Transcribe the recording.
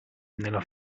nella